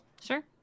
Sure